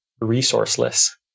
resourceless